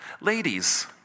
Ladies